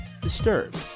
disturbed